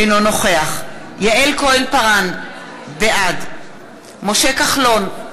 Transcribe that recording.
אינו נוכח יעל כהן-פארן, בעד משה כחלון,